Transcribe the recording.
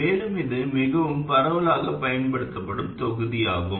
மேலும் இது மிகவும் பரவலாகப் பயன்படுத்தப்படும் தொகுதியாகும்